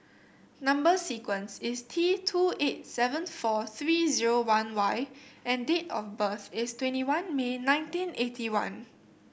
number sequence is T two eight seven four three zero one Y and date of birth is twenty one May nineteen eighty one